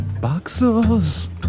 Boxers